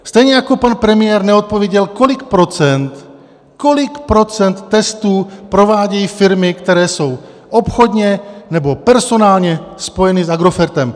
Stejně jako pan premiér neodpověděl, kolik procent testů provádějí firmy, které jsou obchodně nebo personálně spojeny s Agrofertem.